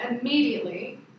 immediately